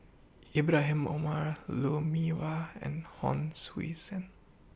Ibrahim Omar Lou Mee Wah and Hon Sui Sen